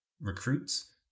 recruits